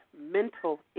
mental